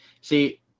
see